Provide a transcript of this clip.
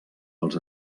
els